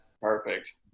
perfect